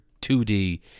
2D